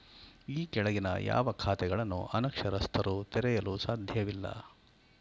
ಈ ಕೆಳಗಿನ ಯಾವ ಖಾತೆಗಳನ್ನು ಅನಕ್ಷರಸ್ಥರು ತೆರೆಯಲು ಸಾಧ್ಯವಿಲ್ಲ?